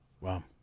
Wow